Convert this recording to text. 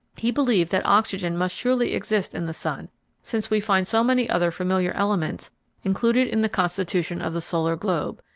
he believed that oxygen must surely exist in the sun since we find so many other familiar elements included in the constitution of the solar globe,